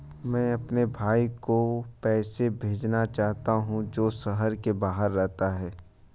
मैं अपने भाई को पैसे भेजना चाहता हूँ जो शहर से बाहर रहता है